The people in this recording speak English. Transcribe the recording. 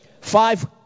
five